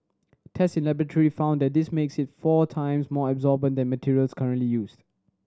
test in laboratory found that this makes it four times more absorbent than materials currently used